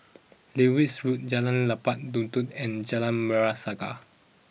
Lewis Road Jalan Lebat Daun and Jalan Merah Saga